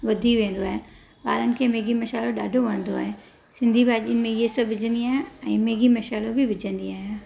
वधी वेंदो आहे ॿारनि खे मैगी मसाल्हो ॾाढो वणंदो आहे सिंधी भाॼियुनि में इहे सभु विझंदी आहियां ऐं मैगी मसाल्हो बि विझंदी आहियां